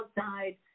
outside